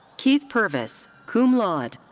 keith purvis, cum laude.